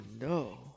no